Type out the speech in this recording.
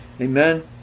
Amen